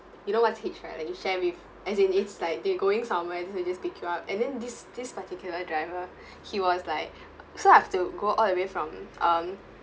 you know what's hitch right like you share with as in it's like they're going somewhere so they just pick you up and then this this particular driver he was like so I have to go all the way from um